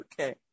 Okay